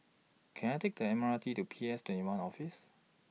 Can I Take The M R T to P S twenty one Office